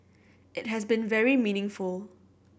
it has been very meaningful